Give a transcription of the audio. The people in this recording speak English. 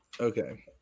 okay